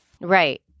Right